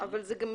אבל זה לא